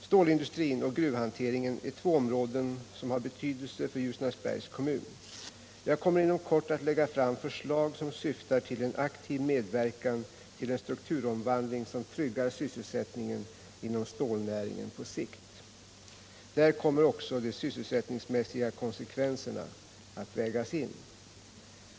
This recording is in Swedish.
Stålindustrin och gruvhanteringen är två områden som har betydelse för Ljusnarsbergs kommun. Jag kommer inom kort att lägga fram förslag som syftar till en aktiv medverkan till en strukturomvandling som tryggar sysselsättningen inom stålnäringen på sikt. Där kommer också de sysselsättningsmässiga konsekvenserna att vägas in.